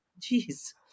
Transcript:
Jeez